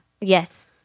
Yes